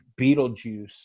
beetlejuice